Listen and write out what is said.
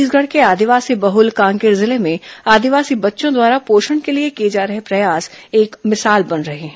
छत्तीसगढ़ के आदिवासी बहल कांकेर जिले में आदिवासी बच्चों द्वारा पोषण के लिए किए जा रहे प्रयास एक मिसाल बन रहे हैं